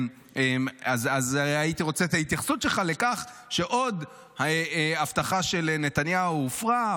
אז הייתי רוצה את ההתייחסות שלך לכך שעוד הבטחה של נתניהו הופרה,